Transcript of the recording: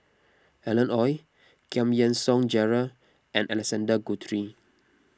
Alan Oei Giam Yean Song Gerald and Alexander Guthrie